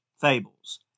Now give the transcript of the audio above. fables